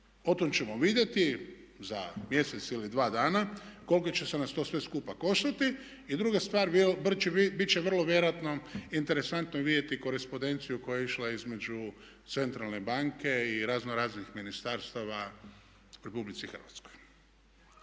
o tom ćemo vidjeti za mjesec ili dva dana koliko će nas to sve skupa koštati. I druga stvar bit će vrlo vjerojatno interesantno vidjeti korespondenciju koja je išla između centralne banke i raznoraznih ministarstava u RH. Dakle,